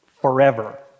forever